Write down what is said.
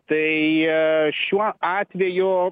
tai šiuo atveju